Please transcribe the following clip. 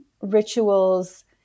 rituals